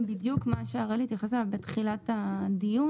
זה בדיוק מה שהראל התייחס אליו בתחילת הדיון.